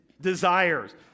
desires